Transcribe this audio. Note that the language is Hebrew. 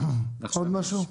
עוד משהו?